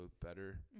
better